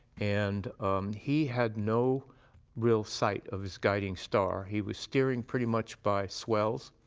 and he had no real sight of his guiding star. he was steering pretty much by swells,